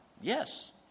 Yes